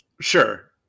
Sure